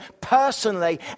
personally